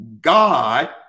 God